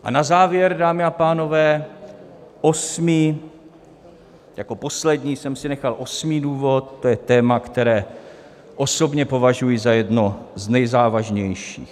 A na závěr, dámy a pánové, osmý, jako poslední jsem si nechal osmý důvod, to je téma, které osobně považuji za jedno z nejzávažnějších.